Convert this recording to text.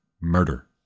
murder